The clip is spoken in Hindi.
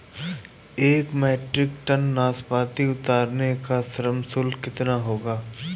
एक मीट्रिक टन नाशपाती उतारने का श्रम शुल्क कितना होगा?